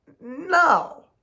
No